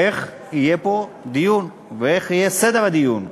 איך יהיה פה דיון ואיך יהיה סדר הדיון.